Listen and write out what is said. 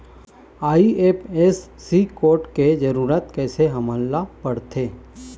IFSC code के जरूरत कैसे हमन ला पड़थे?